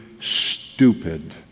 stupid